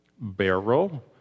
Barrel